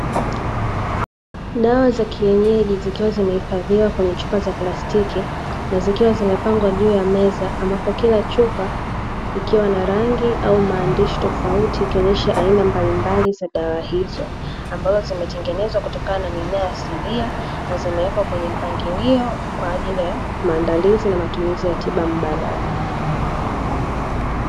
Dawa za kienyeji zikiwa zimehifadhiwa kwenye chupa za plastiki na zikiwa zimepangwa juu ya meza, ambapo kila chupa ikiwa na rangi au maandishi tofauti ikinyoesha aina mbalimbali za dawa hizo, ambazo zimetengenezwa kutokana na mimea asilia na zimewekwa kwenye mpangilio kwa ajili ya maandalizi na matumizi ya tiba mbadala.